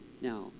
Now